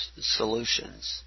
solutions